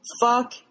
Fuck